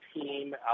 team